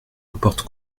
importe